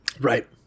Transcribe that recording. Right